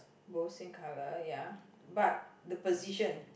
both same colour ya but the position